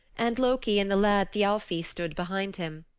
and loki and the lad thialfi stood behind him.